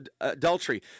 adultery